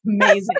Amazing